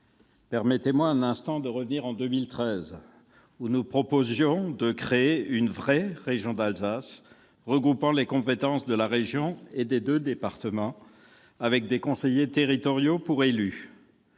permettez-moi un instant de revenir en 2013. Nous proposions alors de créer une vraie région Alsace, regroupant les compétences de la région et des deux départements, avec des conseillers territoriaux pour élus.